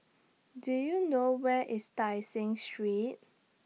Do YOU know Where IS Tai Seng Street